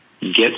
get